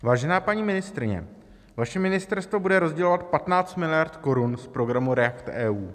Vážená paní ministryně, vaše ministerstvo bude rozdělovat 15 miliard korun z programu REACTEU.